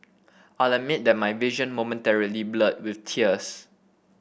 I'll admit that my vision momentarily blurred with tears